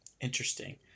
interesting